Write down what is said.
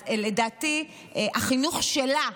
אז לדעתי החינוך שלה,